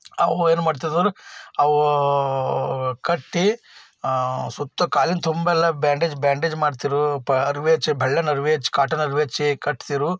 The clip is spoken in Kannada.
ಅವು ಏನು ಮಾಡ್ತಿದ್ರು ಅವು ಕಟ್ಟಿ ಸುತ್ತ ಕಾಲಿನ ತುಂಬೆಲ್ಲ ಬ್ಯಾಂಡೇಜ್ ಬ್ಯಾಂಡೇಜ್ ಮಾಡ್ತಿರು ಪ ಅರಿವೆ ಹಚ್ಚಿ ಬೆಳ್ಳನೆ ಅರಿವೆ ಹಚ್ಚಿ ಕಾಟನ್ ಅರಿವೆ ಹಚ್ಚಿ ಕಟ್ತಿರು